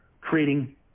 creating